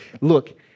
Look